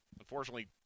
Unfortunately